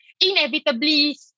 inevitably